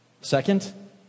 Second